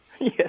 Yes